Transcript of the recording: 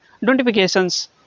notifications